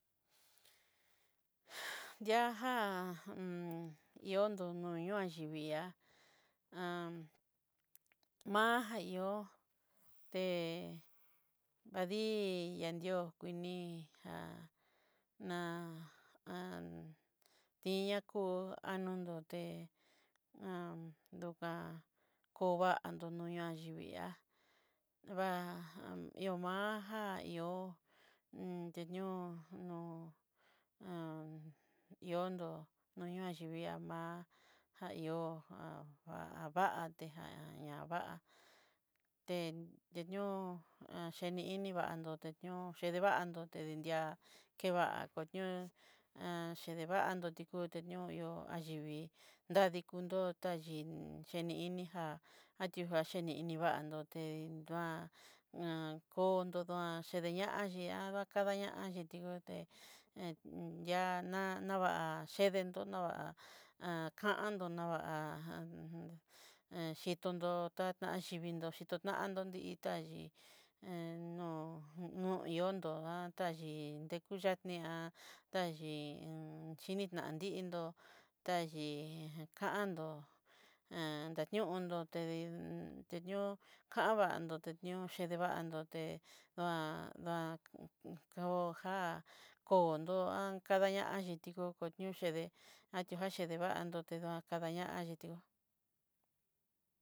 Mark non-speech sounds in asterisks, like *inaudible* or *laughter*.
*noise* diajá *hesitation* i'ondo no ñoaxhivi'a *hesitation* a'aja ihó, té *hesitation* vadii yandió kuni'ja ná *hesitation* iñakú *hesitation* ñonté'e *hesitation* uka kovandó no nayivilli'á va ihó maranjá ihó téñoo nó *hesitation* ióndo noñaxhivi'ia má já ihó, *hesitation* até jan ña vá té teñóo achenini vandoté ñó chevandoté dinndiá, keváá koño'o *hesitation* hedevantoti kutéñoyo'o ayivii dadikundó tajin yeni ini já atú cheni inivandó té du'á ña kondó dú'a chedeñaxhi *hesitation* kadañaxhí tinguté *hesitation* á nava chedentón nová'a *hesitation* ndó nová'a chitonró tatan xhiviidó chitó tatando ditaviino no iondó *hesitation* íí, dekuyatí *hesitation* yíí xhini tantindó'o dayíí kandó *hesitation* ayúndo tedii teño'o kavandó chedevandoté, va dá kaojá kondó *hesitation* adañaxhi tiko kochedé akochedevandó teduá kadañaxhi tikó'o.